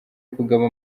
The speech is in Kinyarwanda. kugaba